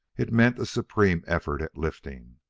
it meant a supreme effort at lifting.